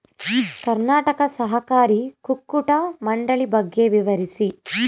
ಕರ್ನಾಟಕ ಸಹಕಾರಿ ಕುಕ್ಕಟ ಮಂಡಳಿ ಬಗ್ಗೆ ವಿವರಿಸಿ?